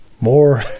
more